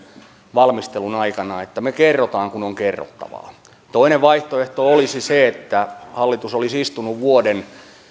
valmistelun aikana että me kerromme kun on kerrottavaa toinen vaihtoehto olisi se että hallitus olisi istunut vuoden